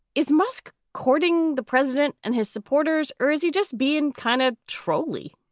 is musk courting the president and his supporters? or is he just being kind of trolly?